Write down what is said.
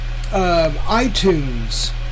iTunes